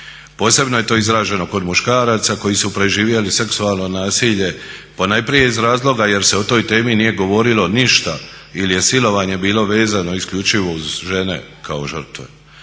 Posebno je to izraženo kod muškaraca koji su preživjeli seksualno nasilje ponajprije iz razloga jer se o toj temi nije govorilo ništa ili je silovanje bilo vezano isključivo uz žene kao žrtve.